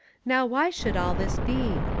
now why should all this be?